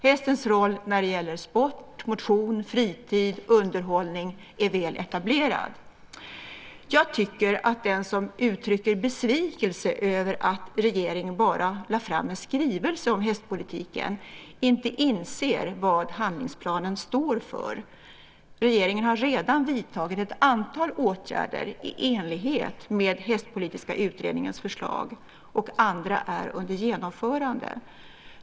Hästens roll när det gäller sport, motion, fritid och underhållning är väl etablerad. Jag tycker att den som uttrycker besvikelse över att regeringen bara lade fram en skrivelse om hästpolitiken inte inser vad handlingsplanen står för. Regeringen har redan vidtagit ett antal åtgärder i enlighet med den hästpolitiska utredningens förslag, och andra är under genomförande.